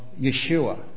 Yeshua